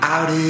Out